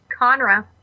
Conra